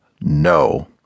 No